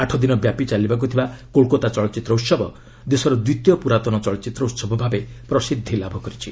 ଆଠ ଦିନ ବ୍ୟାପୀ ଚାଲିବାକୁ ଥିବା କୋଲ୍କାତା ଚଳଚ୍ଚିତ୍ର ଉତ୍ସବ ଦେଶର ଦ୍ୱିତୀୟ ପୁରାତନ ଚଳଚ୍ଚିତ୍ର ଉହବ ଭାବେ ପ୍ରସିଦ୍ଧି ଲାଭ କରିଛି